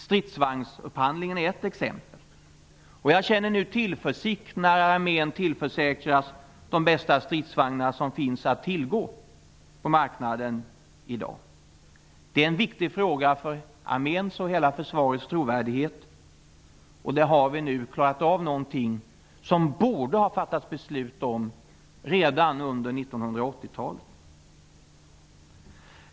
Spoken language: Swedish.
Stridsvagnsupphandlingen är ett exempel. Jag känner nu tillförsikt, när armén tillförsäkras de bästa stridsvagnar som finns att tillgå på marknaden i dag. Det är en viktig fråga för arméns och hela försvarets trovärdighet. Vi har nu klarat ut någonting som det borde ha fattats beslut om redan under 1980-talet.